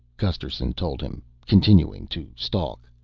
gusterson told him, continuing to stalk.